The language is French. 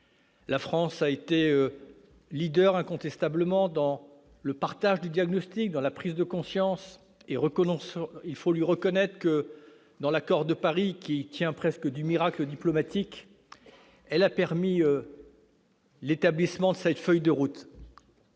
La France a été incontestablement dans le partage du diagnostic et dans la prise de conscience ; il faut lui reconnaître que, dans l'Accord de Paris, qui tient presque du miracle diplomatique, elle a permis l'établissement de cette feuille de route